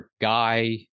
guy